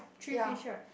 ya